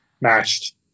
matched